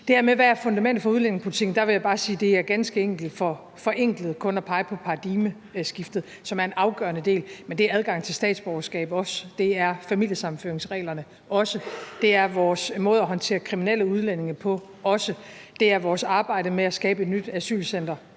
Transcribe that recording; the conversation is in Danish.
det her med, hvad fundamentet for udlændingepolitikken er, vil jeg bare sige, at det ganske enkelt er for forenklet kun at pege på paradigmeskiftet, som er en afgørende del. Men det er adgangen til statsborgerskab også; det er familiesammenføringsreglerne også; det er vores måde at håndtere kriminelle udlændinge på også; det er vores arbejde med at skabe et nyt asylcenter